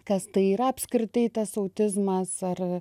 kas tai yra apskritai tas autizmas ar